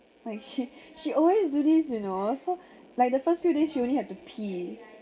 like she she always do this you know so like the first few days she only have to pee